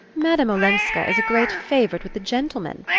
madame olenska is a great favourite with the gentlemen,